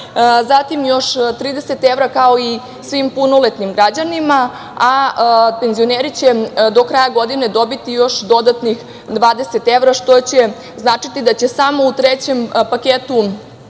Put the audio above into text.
zatim još 30 evra, kao i svim punoletnim građanima, a penzioneri će do kraja godine dobiti još dodatnih 20 evra, što će značiti da će samo u trećem paketu